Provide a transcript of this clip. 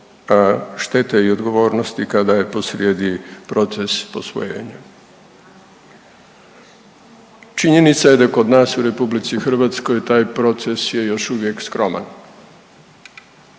štete i odgovornosti kada je posrijedi proces posvojenja. Činjenica je da je kod nas u RH taj proces je još uvijek skroman.